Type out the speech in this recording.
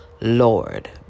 Lord